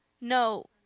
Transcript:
No